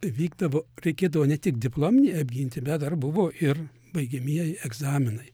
vykdavo reikėdavo ne tik diplominį apginti bet dar buvo ir baigiamieji egzaminai